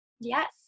Yes